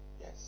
Yes